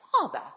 Father